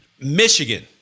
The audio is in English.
Michigan